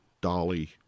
Dolly